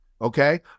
okay